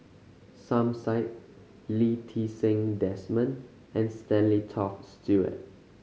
Som Said Lee Ti Seng Desmond and Stanley Toft Stewart